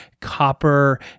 copper